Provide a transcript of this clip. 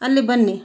ಅಲ್ಲಿಗೆ ಬನ್ನಿ